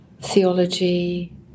theology